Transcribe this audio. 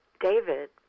David